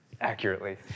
accurately